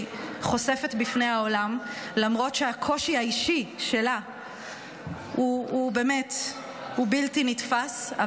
חושפת בפני העולם למרות שהקושי האישי שלה הוא באמת בלתי נתפס.